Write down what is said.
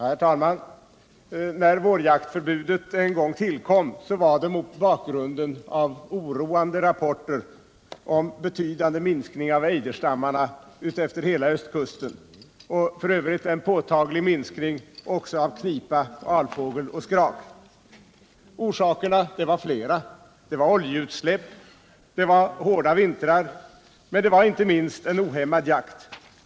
Herr talman! När vårjaktsförbudet en gång tillkom var det mot bakgrund av oroande rapporter om en betydande minskning av ejderstammarna utefter hela östkusten och f. ö. en påtaglig minskning också av stammarna av knipa, alfågel och skrak. Orsakerna var flera: oljeutsläpp, hårda vintrar och inte minst en ohämmad jakt.